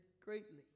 greatly